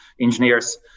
engineers